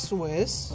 Swiss